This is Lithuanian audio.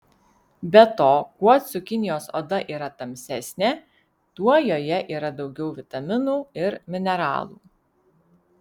be to kuo cukinijos oda yra tamsesnė tuo joje yra daugiau vitaminų ir mineralų